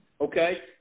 Okay